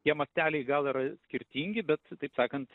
tie masteliai gal ir skirtingi bet taip sakant